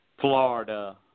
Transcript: Florida